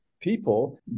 people